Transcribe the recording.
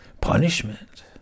punishment